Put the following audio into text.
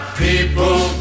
people